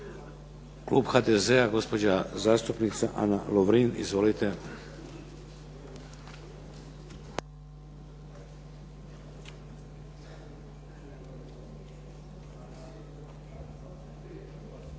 Klub HDZ-a, gospođa zastupnica Ana Lovrin. Izvolite.